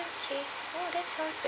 okay oh that sounds